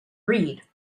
read